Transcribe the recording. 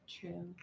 True